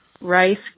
Rice